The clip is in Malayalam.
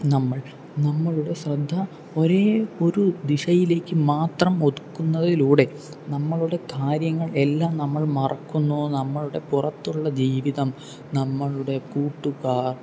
നമ്മൾ നമ്മളുടെ ശ്രദ്ധ ഒരേ ഒരു ദിശയിലേക്ക് മാത്രം ഒതുക്കുന്നതിലൂടെ നമ്മളുടെ കാര്യങ്ങൾ എല്ലാം നമ്മൾ മറക്കുന്നു നമ്മളുടെ പുറത്തുള്ള ജീവിതം നമ്മളുടെ കൂട്ടുകാർ